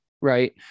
right